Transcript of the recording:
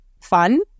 Fun